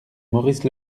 maurice